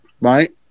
Right